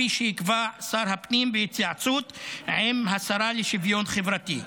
כפי שיקבע שר הפנים בהתייעצות עם השרה לשוויון חברתי.